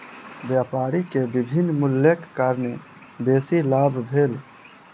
व्यापारी के विभिन्न मूल्यक कारणेँ बेसी लाभ भेल